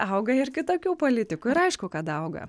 auga ir kitokių politikų ir aišku kad auga